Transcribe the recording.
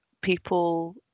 people